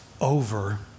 over